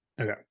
Okay